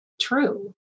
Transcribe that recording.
true